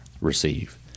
receive